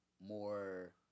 more